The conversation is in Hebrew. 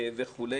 וכו'.